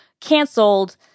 canceled